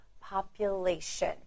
population